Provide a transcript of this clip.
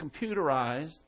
computerized